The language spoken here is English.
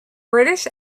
british